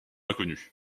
inconnue